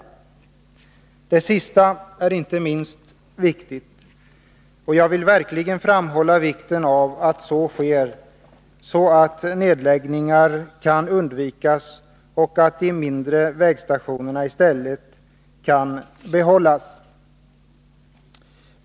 Det sista är inte minst viktigt. Och jag vill verkligen framhålla vikten av att så sker, så att nedläggningar kan undvikas och de mindre vägstationerna i stället kan behållas.